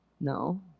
No